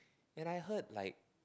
and I heard like